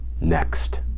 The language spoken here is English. next